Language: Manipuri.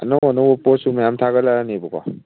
ꯑꯅꯧ ꯑꯅꯧꯕ ꯄꯣꯠꯁꯨ ꯃꯌꯥꯝ ꯊꯥꯒꯠꯂꯛꯑꯅꯦꯕꯀꯣ